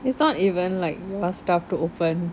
it's not even like your stuff to open